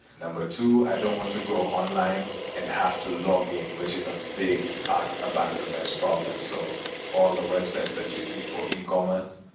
number two i don't want to go online and have to login, which is a big cart abandonment problem. so all the websites that you see for ecommerce,